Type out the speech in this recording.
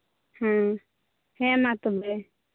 ᱦᱮᱸ ᱦᱮᱸ ᱢᱟ ᱛᱚᱵᱮ